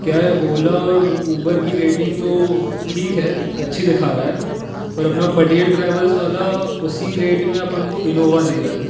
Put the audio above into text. क्या है ओला और ऊबर की रेटिंग तो ठीक है अच्छी दिखा रहा है पर अपना पटेल ट्रैवल्स वाला उसी रेट में अपन को इन्नोवा दे रहा है